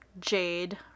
jade